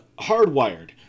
Hardwired